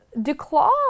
DeClaw